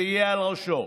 זה יהיה על ראשו.